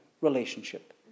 relationship